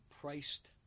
priced